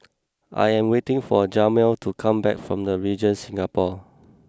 I am waiting for Jamal to come back from The Regent Singapore